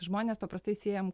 žmonės paprastai siejam